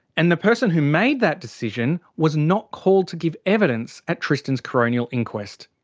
and the person who made that decision was not called to give evidence at tristan's coronial inquest.